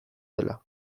dela